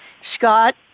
scott